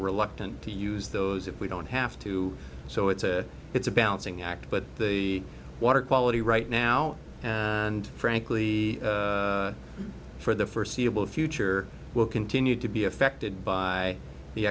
reluctant to use those if we don't have to so it's a it's a balancing act but the water quality right now and frankly for the first seeable future will continue to be affected by the